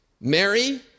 Mary